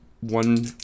one